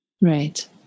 Right